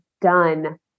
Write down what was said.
done